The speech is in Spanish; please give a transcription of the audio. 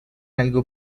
algo